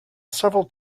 several